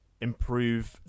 improve